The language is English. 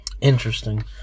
Interesting